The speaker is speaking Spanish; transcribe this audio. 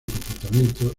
comportamiento